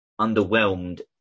underwhelmed